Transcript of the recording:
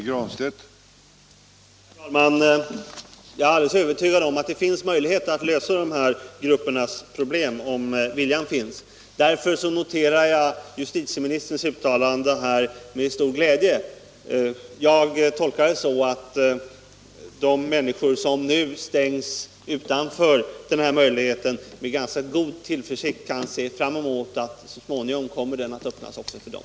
Herr talman! Jag är alldeles övertygad om att det är möjligt att lösa de här gruppernas problem, om viljan finns. Därför noterar jag justitieministerns uttalande med stor glädje. Jag tolkar det så, att de människor som nu stängs ute från den här möjligheten med ganska god tillförsikt kan se fram emot att den så småningom kommer att öppnas också för dem.